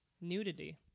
nudity